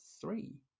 three